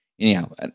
Anyhow